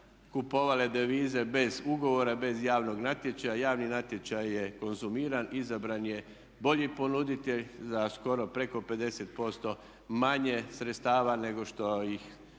kupovale devize bez ugovora, bez javnog natječaja. Javni natječaj je konzumiran, izabran je bolji ponuditelj za skoro preko 50% manje sredstava nego što ih